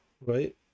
right